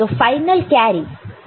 तो final carry borrow 0 है